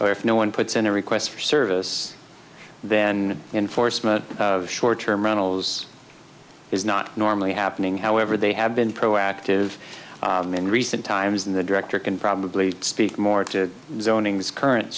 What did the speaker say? or if no one puts in a request for service then enforcement of short term rentals is not normally happening however they have been proactive in recent times and the director can probably speak more to